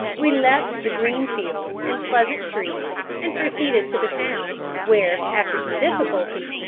we left the green fields and pleasant trees and proceeded to the town, where, after some difficulty,